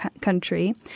Country